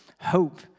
Hope